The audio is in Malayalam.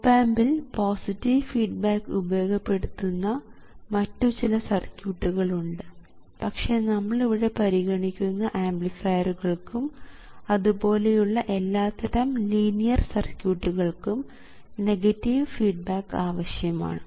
ഓപ് ആമ്പിൽ പോസിറ്റീവ് ഫീഡ്ബാക്ക് ഉപയോഗപ്പെടുത്തുന്ന മറ്റുചില സർക്യൂട്ടുകൾ ഉണ്ട് പക്ഷേ നമ്മൾ ഇവിടെ പരിഗണിക്കുന്ന ആംപ്ലിഫയറുകൾക്കും അതുപോലെയുള്ള എല്ലാത്തരം ലീനിയർ സർക്യൂട്ടുകൾക്കും നെഗറ്റീവ് ഫീഡ്ബാക്ക് ആവശ്യമാണ്